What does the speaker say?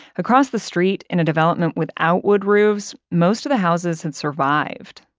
across the street, in a development without wood roofs, most of the houses had survived.